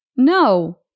No